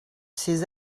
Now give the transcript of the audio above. ces